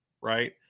right